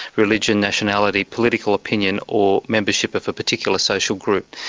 religion, nationality, political opinion or membership of a particular social group.